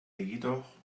jedoch